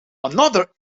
another